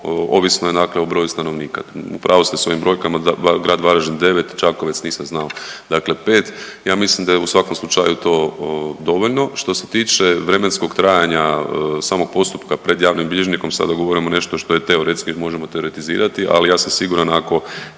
ovisno je dakle o broju stanovnika. U pravu ste s ovim brojkama, da, grad Varaždin 9, Čakovec, nisam znao, dakle 5, ja mislim da je u svakom slučaju to dovoljno. Što se tiče vremenskog trajanja samog postupka pred javnim bilježnikom, sada govorimo nešto što je teoretski jer možemo teoretizirati, ali ja sam siguran ako